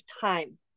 time